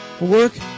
Work